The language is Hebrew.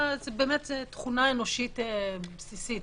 תכונה אנושית בסיסית,